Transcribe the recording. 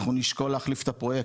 אנחנו נשקול להחליף את הפרויקט,